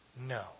no